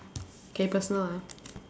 okay personal ah